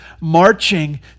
marching